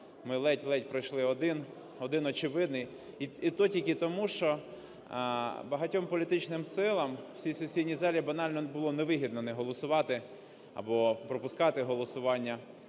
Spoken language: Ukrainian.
ми ледь-ледь пройшли один, один очевидний. І то тільки тому, що багатьом політичним силам в цій сесійній залі банально було не вигідно не голосувати або пропускати голосування